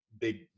big